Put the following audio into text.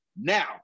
now